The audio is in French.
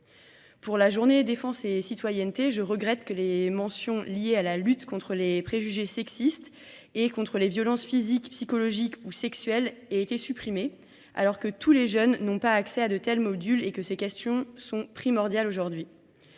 Pour la journée défense et citoyenneté, je regrette que les mentions liées à la lutte contre les préjugés sexistes et contre les violences physiques, psychologiques ou sexuelles aient été supprimées, alors que tous les jeunes n'ont pas accès à de tels modules et que ces questions sont primordiales aujourd'hui.